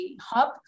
Hub